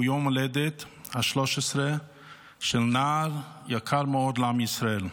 הוא יום ההולדת ה-13 של נער יקר מאוד לעם ישראל,